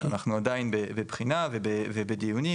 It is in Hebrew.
אנחנו עדיין בבחינה ובדיונים,